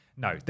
No